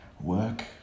Work